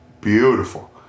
beautiful